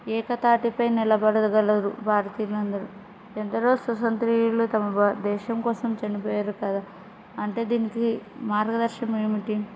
ఏకతాటిపై నిలబడగలరు భారతీయులు అందరు ఎందరో స్వాతంత్రులు తమ భ దేశం కోసం చనిపోయారు కదా అంటే దీనికి మార్గదర్శం ఏమిటి